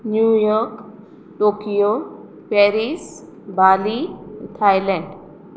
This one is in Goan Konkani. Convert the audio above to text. न्यू यॉर्क टोकियो पॅरीस बार्लि थायलँड